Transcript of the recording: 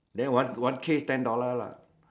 then one one case ten dollar lah